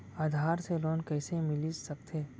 आधार से लोन कइसे मिलिस सकथे?